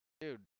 Dude